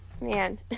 Man